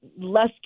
less